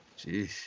Jeez